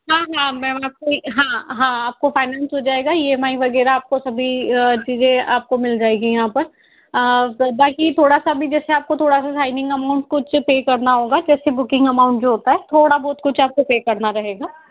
हाँ हाँ मैम आपको हाँ हाँ आपको फाइनेंस हो जायेगा ई एम आई वगैरह आपको सभी चीज़ें आपको मिल जाएगी यहाँ पर बाकी थोड़ा सा भी जैसे आपको थोड़ा सा साइनिंग अमाउंट कुछ पे करना होगा जैसे बुकिंग अमाउंट जो होता है थोड़ा बहुत कुछ आपको पे करना रहेगा